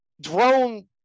drone